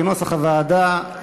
כנוסח הוועדה,